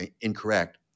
incorrect